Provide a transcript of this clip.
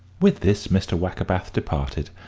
with this mr. wackerbath departed,